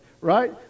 right